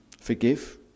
Forgive